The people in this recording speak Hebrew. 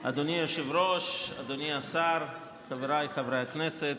היושב-ראש, אדוני השר, חבריי חברי הכנסת,